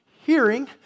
hearing